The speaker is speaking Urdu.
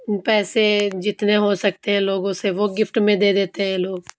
پیسے جتنے ہو سکتے ہیں لوگوں سے وہ گفٹ میں دے دیتے ہیں لوگ